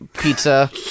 pizza